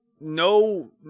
No